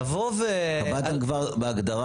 לבוא ו --- קבעתם כבר בהגדרה